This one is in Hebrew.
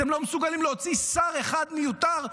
אתם לא מסוגלים להוציא שר אחד מיותר.